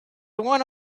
one